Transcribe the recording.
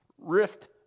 Rift